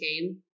game